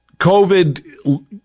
COVID